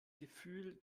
gefühl